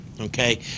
Okay